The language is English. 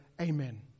Amen